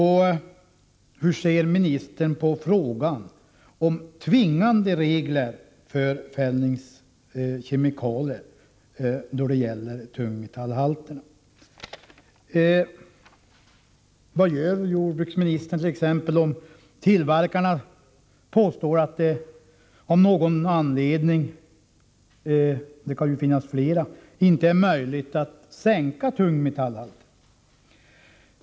Hur ser jordbruksministern på frågan om tvingande regler för fällningskemikalier då det gäller tungmetallhalterna? Vad gör man, i jordbruksministerns exempel, om tillverkarna påstår att det av någon anledning — det kan finnas flera — inte är möjligt att sänka tungmetallhalten?